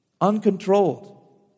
Uncontrolled